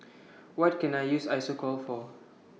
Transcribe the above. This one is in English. What Can I use Isocal For